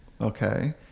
Okay